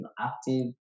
active